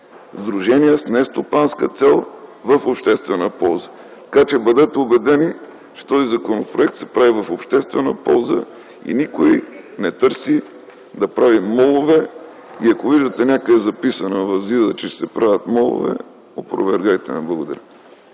сдружения с нестопанска цел в обществена полза. Бъдете убедени, че този законопроект се прави в обществена полза и никой не търси да прави молове. Ако виждате в ЗИД-а някъде записано, че ще се правят молове, опровергайте ме!